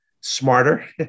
smarter